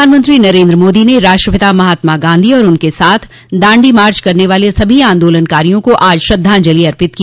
प्रधानमंत्री नरेन्द्र मोदी ने राष्ट्रपिता महात्मा गांधी और उनके साथ दांडी मार्च करने वाले सभी आंदोलनकारियों को आज श्रद्धांजलि अर्पित की